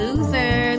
Loser